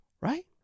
right